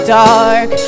dark